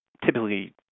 typically –